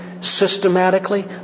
systematically